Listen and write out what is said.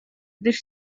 gdyż